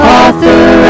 author